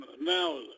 now